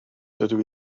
dydw